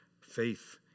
faith